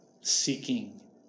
seeking